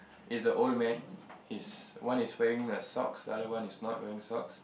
is the old man he's one is wearing a socks the other one is not wearing socks